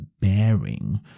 bearing